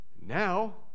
Now